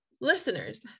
listeners